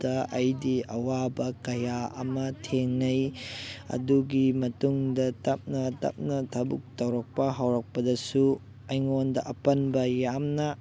ꯗ ꯑꯩꯗꯤ ꯑꯋꯥꯕ ꯀꯌꯥ ꯑꯃ ꯊꯦꯡꯅꯩ ꯑꯗꯨꯒꯤ ꯃꯇꯨꯡꯗ ꯇꯞꯅ ꯇꯞꯅ ꯊꯕꯛ ꯇꯧꯔꯛꯄ ꯍꯧꯔꯛꯄꯁꯨ ꯑꯩꯉꯣꯟꯗ ꯑꯄꯟꯕ ꯌꯥꯝꯅ